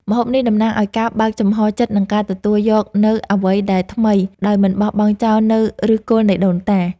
ម្ហូបនេះតំណាងឱ្យការបើកចំហចិត្តនិងការទទួលយកនូវអ្វីដែលថ្មីដោយមិនបោះបង់ចោលនូវឫសគល់នៃដូនតា។